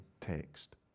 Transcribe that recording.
text